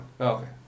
okay